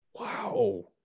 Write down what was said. Wow